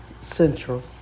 Central